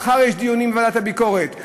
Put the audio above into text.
ומחר יש דיונים בוועדת הביקורת,